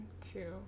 two